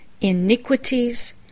iniquities